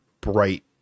bright